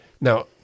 Now